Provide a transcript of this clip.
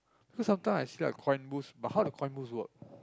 you know sometime I see a coin boost but how the coin boost work